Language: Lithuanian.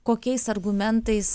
kokiais argumentais